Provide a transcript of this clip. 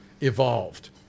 evolved